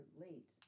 late